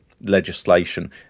legislation